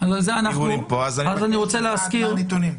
ברורים פה אז אני רוצה לדעת מה הנתונים.